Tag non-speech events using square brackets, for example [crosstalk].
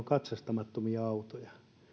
[unintelligible] katsastamattomia autoja